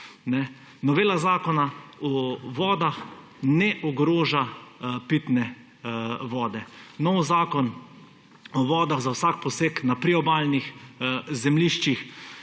Novela Zakona o vodah ne ogroža pitne vode. Novi Zakon o vodah za vsak poseg na priobalnih zemljiščih